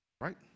Right